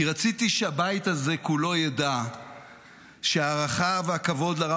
כי רציתי שהבית הזה כולו ידע שההערכה והכבוד לרב